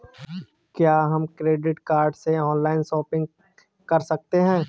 क्या हम credit card से ऑनलाइन शॉपिंग कर सकते हैं?